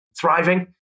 thriving